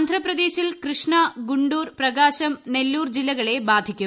ആന്ധ്രാപ്രദേശിൽ കൃഷ്ണ ഗുണ്ടൂർ പ്രകാശം നെല്ലൂർ ജില്ലകളെ ബാധിക്കും